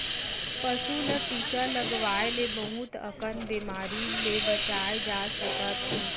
पसू ल टीका लगवाए ले बहुत अकन बेमारी ले बचाए जा सकत हे